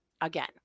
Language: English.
again